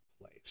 place